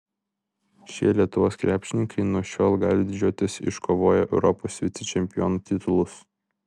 šie lietuvos krepšininkai nuo šiol gali didžiuotis iškovoję europos vicečempionų titulus